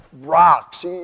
rocks